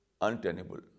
untenable